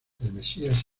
mesías